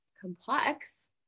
complex